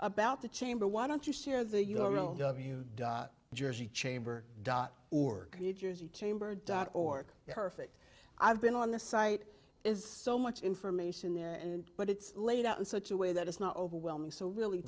about the chamber why don't you share the you know dot jersey chamber dot org new jersey chamber dot org perfect i've been on the site is so much information there and but it's laid out in such a way that it's not overwhelming so really